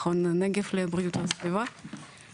מכון הנגב לבריאות הסביבה,